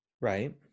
Right